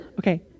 okay